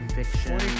fiction